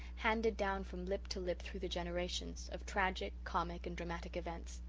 handed down from lip to lip through the generations of tragic, comic, and dramatic events.